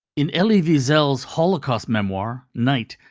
in elie weisel's holocaust memoir, night,